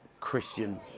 Christian